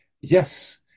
Yes